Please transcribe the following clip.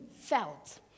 felt